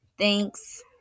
Thanks